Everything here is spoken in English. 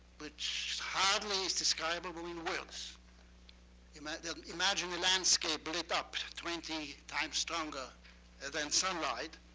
which hardly is desirable in words. imagine imagine the landscape lit up twenty times stronger than sunlight.